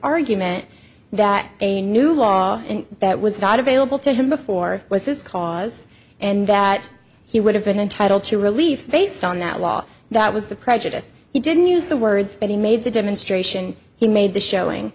argument that a new law and that was not available to him before was his cause and that he would have been entitled to relief based on that law that was the prejudice he didn't use the words that he made the demonstration he made the showing